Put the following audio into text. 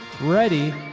Ready